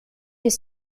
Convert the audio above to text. his